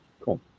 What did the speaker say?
cool